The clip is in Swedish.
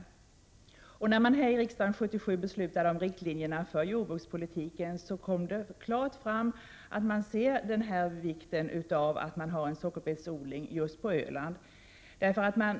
När det här i kammaren 1977 beslutades om riktlinjerna för jordbrukspolitiken, kom vikten av en sockerbetsodling just på Öland klart fram.